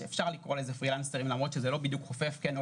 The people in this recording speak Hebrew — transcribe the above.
אפשר לקרוא להם פרילנסרים למרות שזה לא בדיוק חופף את ההגדרה,